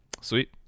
Sweet